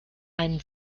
ein